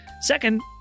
Second